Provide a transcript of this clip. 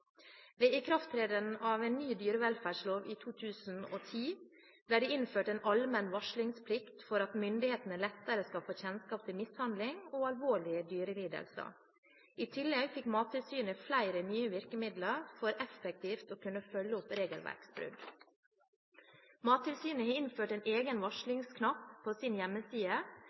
Ved ikrafttreden av ny dyrevelferdslov i 2010 ble det innført en allmenn varslingsplikt for at myndighetene lettere skal få kjennskap til mishandling og alvorlige dyrelidelser. I tillegg fikk Mattilsynet flere nye virkemidler for effektivt å kunne følge